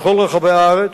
בכל רחבי הארץ,